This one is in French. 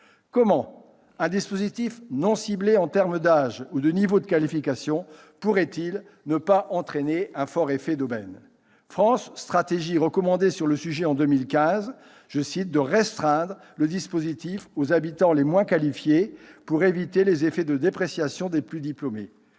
Comment un dispositif non ciblé en termes d'âge ou de niveau de qualification pourrait-il ne pas entraîner un fort effet d'aubaine ? France Stratégie recommandait en 2015 « de restreindre le dispositif aux habitants les moins qualifiés pour éviter les effets de dépréciation des plus diplômés ».